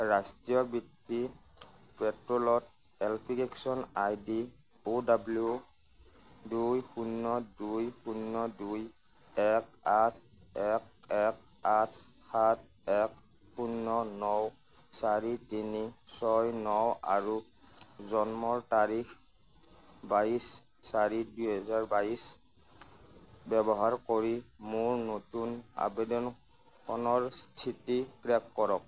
ৰাষ্ট্ৰীয় বৃত্তি প'ৰ্টেলত application I D O W দুই শূন্য দুই শূন্য দুই এক আঠ এক এক আঠ সাত এক শূন্য ন চাৰি তিনি ছয় ন আৰু জন্মৰ তাৰিখ বাইছ চাৰি দুহাজাৰ বাইছ ব্যৱহাৰ কৰি মোৰ নতুন আবেদনখনৰ স্থিতি ট্ৰে'ক কৰক